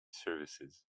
services